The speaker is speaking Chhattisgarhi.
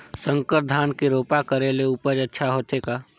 संकर धान के रोपा करे ले उपज अच्छा होथे का?